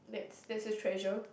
that's that's a treasure